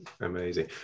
amazing